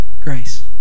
grace